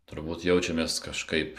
turbūt jaučiamės kažkaip